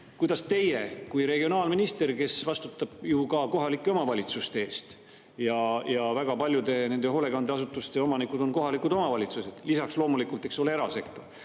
Kuidas teie kui regionaalminister, kes vastutab ka kohalike omavalitsuste eest – väga paljude hoolekandeasutuste omanikud on kohalikud omavalitsused, lisaks loomulikult erasektor